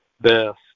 best